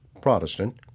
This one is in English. Protestant